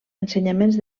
ensenyaments